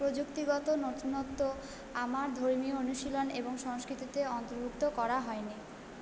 প্রযুক্তিগত নতুনত্ব আমার ধর্মীয় অনুশীলন এবং সংস্কৃতিতে অন্তর্ভুক্ত করা হয় নি